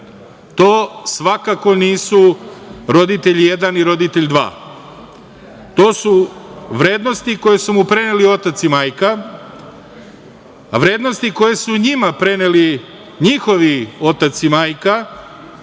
To svakako nisu roditelj jedan i roditelj dva, to su vrednosti koje su mu preneli otac i majka, a vrednosti koje su njima preneli njihovi otac i majka,